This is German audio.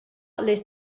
lässt